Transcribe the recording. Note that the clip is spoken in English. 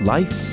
Life